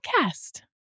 podcast